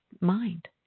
mind